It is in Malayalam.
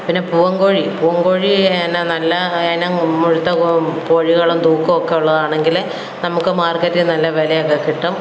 പിന്നെ പൂവൻ കോഴി പൂവൻ കോഴി എന്ന നല്ല ഇനം മുഴുത്ത കോ കോഴികളും തൂക്കമൊക്കെ ഉള്ളതാണെങ്കില് നമുക്ക് മാർക്കെറ്റില് നല്ല വിലയൊക്ക കിട്ടും